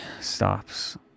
stops